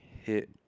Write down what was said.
hit